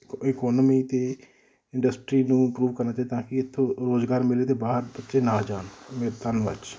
economy ਅਤੇ industry ਨੂੰ prove ਕਰਨਾ ਚਾਹੀਦਾ ਤਾਂ ਕਿ ਇੱਥੋਂ ਰੋਜ਼ਗਾਰ ਮਿਲੇ ਅਤੇ ਬਾਹਰ ਬੱਚੇ ਨਾ ਜਾਣ ਧੰਨਵਾਦ ਜੀ